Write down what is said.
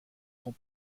sont